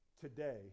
today